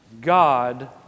God